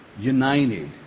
united